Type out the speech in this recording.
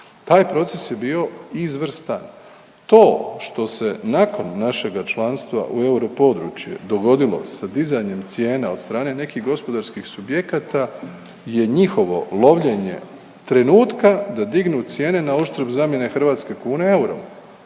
taj proces je bio izvrstan. To što se nakon našega članstva u europodručje dogodilo sa dizanjem cijena od strane nekih gospodarskih subjekata je njihovo lovljenje trenutka da dignu cijene na uštrb zamjene hrvatske kune eurom,